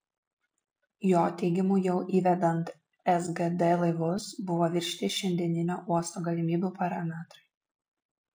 jo teigimu jau įvedant sgd laivus buvo viršyti šiandieninio uosto galimybių parametrai